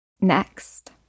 next